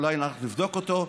אולי נבדוק אותו.